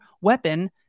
weapon